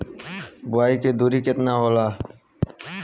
बुआई के दूरी केतना होला?